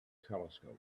telescope